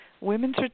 Women's